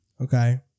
Okay